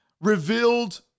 revealed